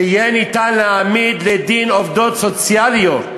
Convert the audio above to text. שיהיה אפשר להעמיד לדין עובדות סוציאליות